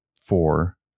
four